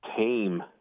tame